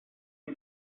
sie